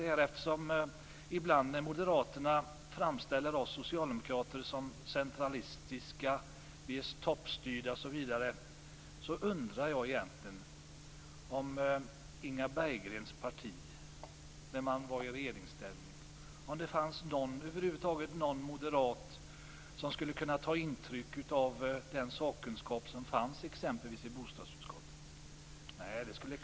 Ibland framställer moderaterna oss socialdemokrater som centralistiska, toppstyrda osv. Jag undrar om någon i Inga Berggrens parti, när det var i regeringsställning, skulle ha tagit intryck av den sakkunskap som fanns i exempelvis bostadsutskottet.